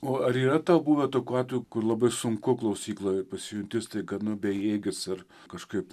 o ar yra buvę tokių atvejų kur labai sunku klausykloje pasijunti staiga nu bejėgis ir kažkaip